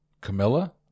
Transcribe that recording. camilla